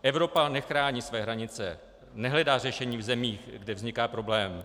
Evropa nechrání své hranice, nehledá řešení v zemích, kde vzniká problém.